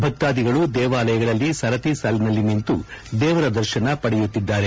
ಭಕ್ತಾಧಿಗಳು ದೇವಾಲಯಗಳಲ್ಲಿ ಸರತಿ ಸಾಲಿನಲ್ಲಿ ನಿಂತು ದೇವರ ದರ್ಶನ ಪಡೆಯುತ್ತಿದ್ದಾರೆ